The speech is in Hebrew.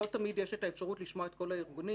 לא תמיד יש את האפשרות לשמוע את כל הארגונים.